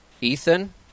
Ethan